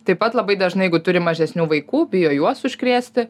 taip pat labai dažnai jeigu turi mažesnių vaikų bijo juos užkrėsti